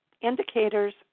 indicators